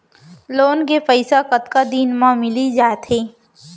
Loan के पइसा कतका दिन मा मिलिस जाथे?